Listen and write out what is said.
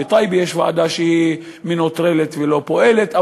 בטייבה יש ועדה שהיא מנוטרלת ולא פועלת,